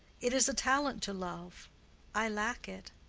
it is a talent to love i lack it.